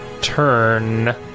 turn